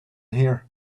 here